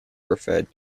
referred